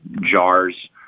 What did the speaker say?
jars